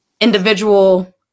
individual